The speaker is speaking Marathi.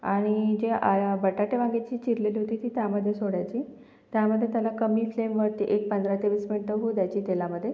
आणि जे आया बटाटे वांगे जे चिरलेले होते ते त्यामध्ये सोडायचे त्यामध्ये त्याला कमी फ्लेमवरती एक पंधरा ते वीस मिनिटं होऊ द्यायचे तेलामध्ये